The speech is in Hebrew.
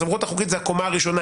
הסמכות החוקית זה הקומה הראשונה.